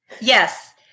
Yes